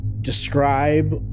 Describe